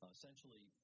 Essentially